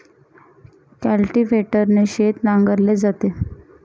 कल्टिव्हेटरने शेत नांगरले जाते